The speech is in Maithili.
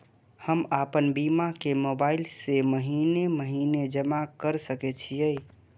हम आपन बीमा के मोबाईल से महीने महीने जमा कर सके छिये?